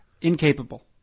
incapable